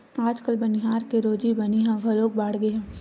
आजकाल बनिहार के रोजी बनी ह घलो बाड़गे हे